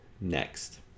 next